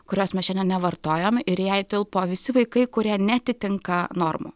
kurios mes šiandien nevartojom ir į ją įtilpo visi vaikai kurie neatitinka normų